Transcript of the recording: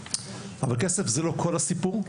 אבל כסף זה לא כל הסיפור,